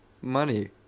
money